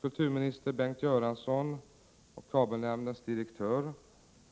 Kulturminister Bengt Göransson och kabelnämndens direktör